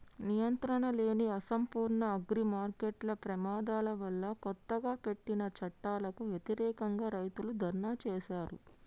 నియంత్రణలేని, అసంపూర్ణ అగ్రిమార్కెట్ల ప్రమాదాల వల్లకొత్తగా పెట్టిన చట్టాలకు వ్యతిరేకంగా, రైతులు ధర్నా చేశారు